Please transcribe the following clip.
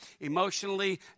emotionally